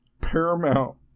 paramount